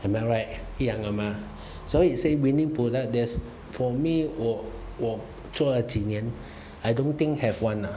am I right 一样的吗所以 say winning product there's for me 我我做了几年 I don't think have [one] ah